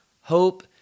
Hope